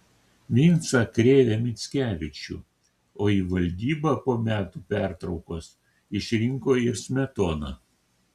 vincą krėvę mickevičių o į valdybą po metų pertraukos išrinko ir smetoną